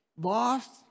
Lost